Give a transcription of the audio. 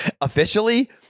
officially